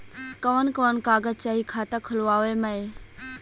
कवन कवन कागज चाही खाता खोलवावे मै?